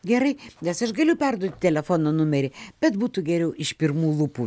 gerai nes aš galiu perduoti telefono numerį bet būtų geriau iš pirmų lūpų